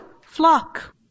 flock